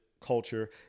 culture